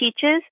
teaches